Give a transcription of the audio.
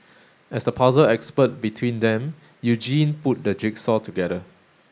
as the puzzle expert between them Eugene put the jigsaw together